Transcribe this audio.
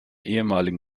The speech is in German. ehemaligen